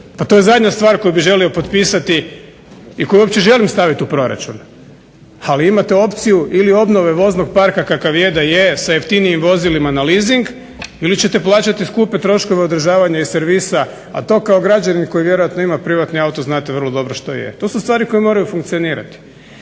Pa to je zadnja stvar koju bih želio potpisati i koju uopće želim stavit u proračune. Ali imate opciju ili obnove voznog parka kakav je da je sa jeftinijim vozilima na lizing ili ćete plaćati skupe troškove održavanja i servisa. A to kao građanin koji vjerojatno ima privatni auto znate vrlo dobro što je. To su stvari koje moraju funkcionirati.